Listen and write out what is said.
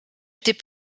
étaient